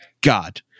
God